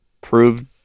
proved